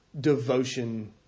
devotion